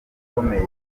ukomeye